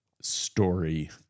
story